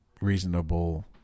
reasonable